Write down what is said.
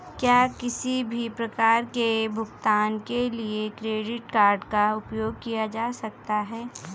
क्या किसी भी प्रकार के भुगतान के लिए क्रेडिट कार्ड का उपयोग किया जा सकता है?